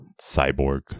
cyborg